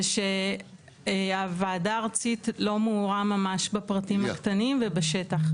זה שהוועדה הארצית לא מעורה ממש בפרטים הקטנים ובשטח,